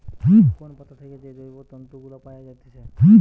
কোন পাতা থেকে যে জৈব তন্তু গুলা পায়া যাইতেছে